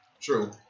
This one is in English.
True